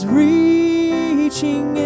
reaching